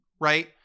right